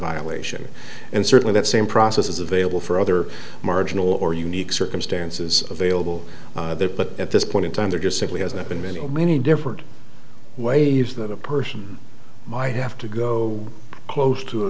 violation and certainly that same process is available for other marginal or unique circumstances available but at this point in time there just simply hasn't been many many different ways that a person might have to go close to a